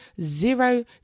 zero